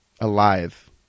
Alive